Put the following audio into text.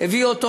הביא אותו,